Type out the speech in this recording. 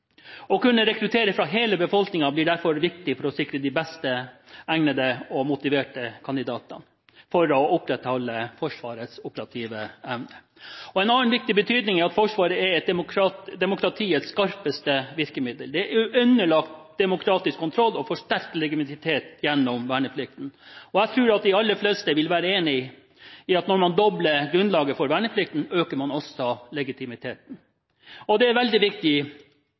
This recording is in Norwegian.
Å kunne rekruttere fra hele befolkningen blir derfor viktig for å sikre de best egnede og motiverte kandidatene for å opprettholde Forsvarets operative evne. En annen viktig betydning er at Forsvaret er demokratiets skarpeste virkemiddel. Det er underlagt demokratisk kontroll og får sterk legitimitet gjennom verneplikten. Jeg tror at de aller fleste vil være enige i at når man dobler grunnlaget for verneplikten, øker man også legitimiteten. Det er en veldig viktig